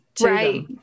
right